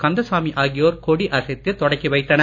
கந்தசாமி ஆகியோர் கொடியசைத்து தொடக்கி வைத்தனர்